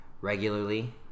regularly